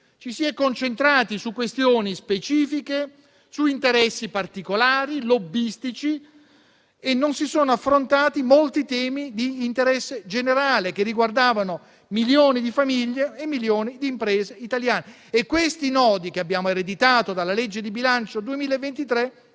Ci si è concentrati su questioni specifiche, su interessi particolari e lobbistici e non si sono affrontati molti temi di interesse generale, che riguardavano milioni di famiglie e milioni di imprese italiane. Questi nodi, che abbiamo ereditato dalla legge di bilancio per